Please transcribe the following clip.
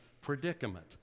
predicament